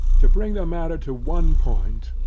to bring the matter to one point.